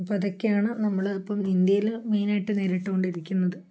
അപ്പോള് അതൊക്കെയാണ് നമ്മളിപ്പം ഇന്ത്യയില് മെയിനായിട്ട് നേരിട്ടുകൊണ്ടിരിക്കുന്നത്